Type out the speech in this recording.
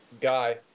Guy